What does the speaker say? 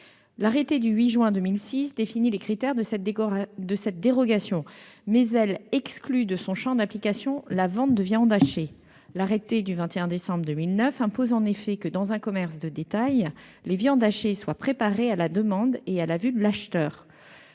L'arrêté du 8 juin 2006 définit les critères de cette dérogation, mais il exclut de son champ d'application la vente de viande hachée. L'arrêté du 21 décembre 2009 impose en effet que, dans un commerce de détail, « les viandes hachées [soient] préparées à la demande et à la vue de l'acheteur